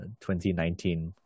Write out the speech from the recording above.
2019